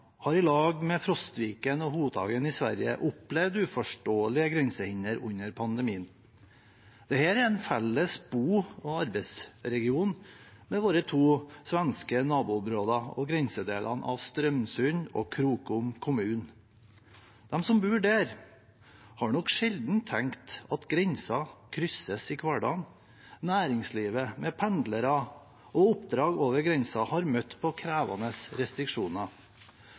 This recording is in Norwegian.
har i lag med Frostviken og Hotagen i Sverige opplevd uforståelige grensehinder under pandemien. Dette er en felles bo- og arbeidsregion med våre to svenske naboområder og grensedelene av Strömsund og Krokom kommune. De som bor der, har nok sjelden tenkt at grensen krysses i hverdagen. Næringslivet, med pendlere og oppdrag over grensen, har møtt på krevende restriksjoner.